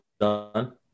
done